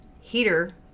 heater